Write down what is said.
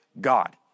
God